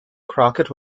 crockett